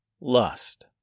lust